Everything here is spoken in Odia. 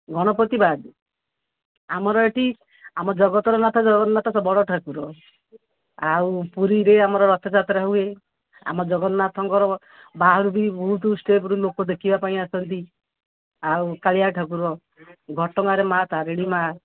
ଗଣପତି ବାଦ ଆମର ଏଇଠି ଆମ ଜଗତର ନାଥ ଜଗନ୍ନାଥ ବଡ଼ ଠାକୁର ଆଉ ପୁରୀରେ ଆମର ରଥଯାତ୍ରା ହୁଏ ଆମ ଜଗନ୍ନାଥଙ୍କର ବାହାରୁ ବି ବହୁତ ଷ୍ଟେଟରୁ ଲୋକ ଦେଖିବା ପାଇଁ ଆସନ୍ତି ଆଉ କାଳିଆ ଠାକୁର ଘଟଣାରେ ମା' ତାରିଣୀ ମା'